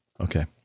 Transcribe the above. Okay